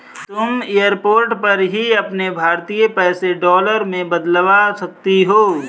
तुम एयरपोर्ट पर ही अपने भारतीय पैसे डॉलर में बदलवा सकती हो